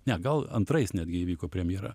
ne gal antrais netgi įvyko premjera